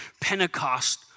Pentecost